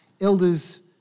Elders